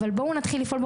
אבל בואו נתחיל לפעול.